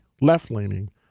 left-leaning